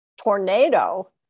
tornado